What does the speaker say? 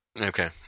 Okay